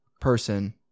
person